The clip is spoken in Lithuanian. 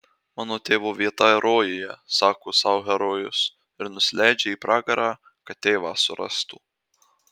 mano tėvo vieta rojuje sako sau herojus ir nusileidžia į pragarą kad tėvą surastų